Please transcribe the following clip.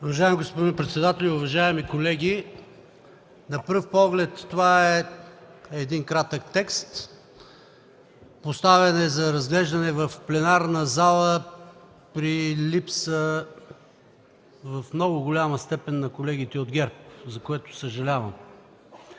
Уважаеми господин председателю, уважаеми колеги! На пръв поглед това е един кратък текст. Поставен е за разглеждане в пленарната зала при липса в много голяма степен на колегите от ГЕРБ, за което съжалявам.